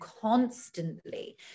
constantly